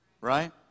Right